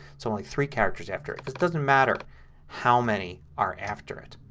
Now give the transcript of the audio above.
so only three characters after it. this doesn't matter how many are after it.